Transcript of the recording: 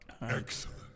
Excellent